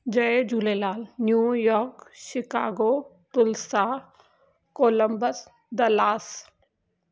Jay Jhulelal New York Chicago Tulsa Columbus the loss